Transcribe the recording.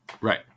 Right